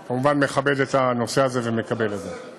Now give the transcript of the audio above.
אני כמובן מכבד את הנושא הזה ומקבל את זה.